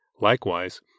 likewise